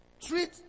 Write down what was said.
treat